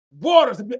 waters